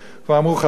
כבר אמרו חז"ל: